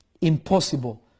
impossible